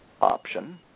option